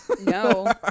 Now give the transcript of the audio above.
No